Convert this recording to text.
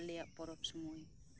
ᱟᱞᱮᱭᱟᱜ ᱯᱚᱨᱚᱵ ᱥᱚᱢᱚᱭ